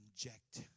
inject